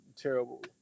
terrible